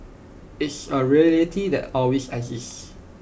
it's A reality that always exist